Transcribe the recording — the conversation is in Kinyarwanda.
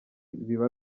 biba